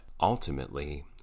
ultimately